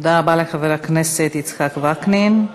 תודה רבה לחבר הכנסת יצחק וקנין.